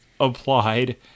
applied